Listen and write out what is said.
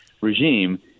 regime